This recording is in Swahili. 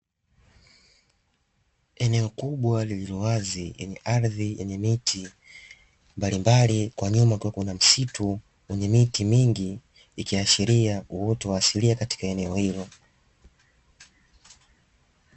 Eneo kubwa lililowazi lenye ardhi yenye miti mbalimbali. Kwa nyuma kuna msitu wenye miti mingi ikiashiria uoto asilia katika eneo hilo.